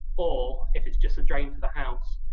or if it's just a drain to the house.